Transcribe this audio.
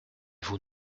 vous